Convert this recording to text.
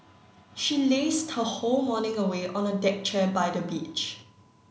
she lazed her whole morning away on a deck chair by the beach